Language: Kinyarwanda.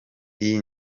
iyi